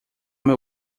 meu